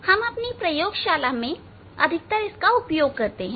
हम अपनी प्रयोगशाला में अधिकतर इसका उपयोग करते हैं